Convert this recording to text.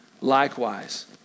likewise